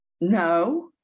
No